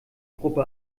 gruppe